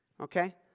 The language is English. Okay